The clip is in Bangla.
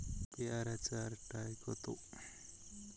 পেয়ারা চার টায় কত?